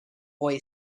boy